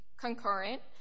concurrent